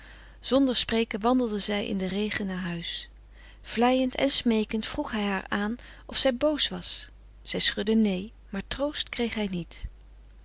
zonder spreken wandelde zij in den regen naar huis vleiend en smeekend vroeg hij haar aan of zij boos was zij schudde nee maar troost kreeg hij niet